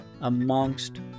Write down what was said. amongst